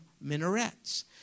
minarets